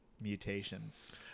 mutations